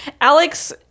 Alex